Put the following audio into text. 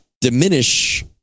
diminish